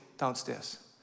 Downstairs